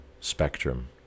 spectrum